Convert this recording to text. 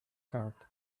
card